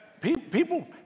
people